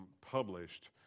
published